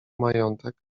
majątek